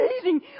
amazing